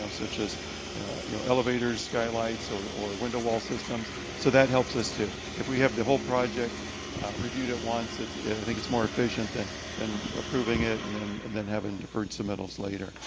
um such as you know, elevators, skylights, or or window wall systems. so that helps us too. if we have the whole project reviewed at once, i think it's more efficient than than approving it, and then and then having deferred submittals later.